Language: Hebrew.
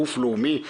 גוף לאומי,